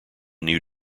new